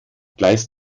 gleis